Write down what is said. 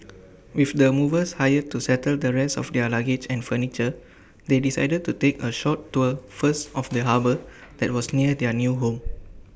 with the movers hired to settle the rest of their luggage and furniture they decided to take A short tour first of the harbour that was near their new home